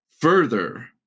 Further